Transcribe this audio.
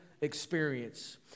experience